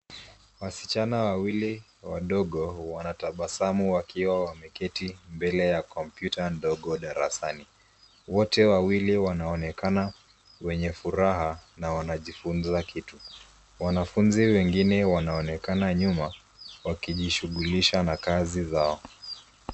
Wasichana wawili wadogo wanatabasamu wakiwa wameketi mbele ya kompyuta ndogo darasani. Wote wawili wanaonekana wenye furaha, na wanajifunza kitu. Wanafunzi wengine wanaonekana nyuma, wakijishughulisha na kazi zao.